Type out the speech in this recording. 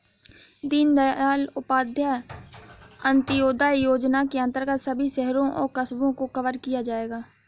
दीनदयाल उपाध्याय अंत्योदय योजना के अंतर्गत सभी शहरों और कस्बों को कवर किया जाएगा